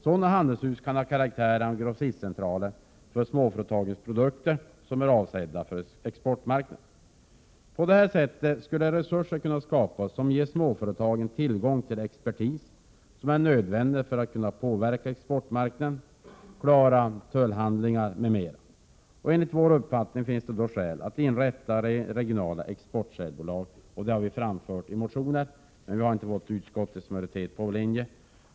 Sådana handelshus kan ha karaktären av grossistcentraler för sådana av småföretagens produkter som är avsedda för exportmarknaden. På det sättet skulle resurser kunna skapas som ger småföretagen tillgång till expertis som är nödvändig för att kunna påverka exportmarknaden, klara tullhandlingar m.m. Enligt vår uppfattning finns det skäl att inrätta regionala exportsäljbolag. Detta har vi framfört i motionen, men vi har inte fått utskottets majoritet på vår linje.